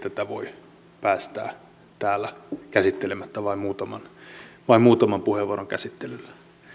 tätä voi päästää täällä käsittelemättä vain muutaman vain muutaman puheenvuoron käsittelyllä